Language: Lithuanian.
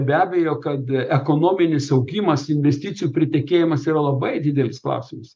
be abejo kad ekonominis augimas investicijų pritekėjimas yra labai didelis klausimas